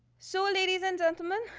so, ladies and gentlemen,